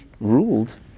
ruled